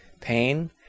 Pain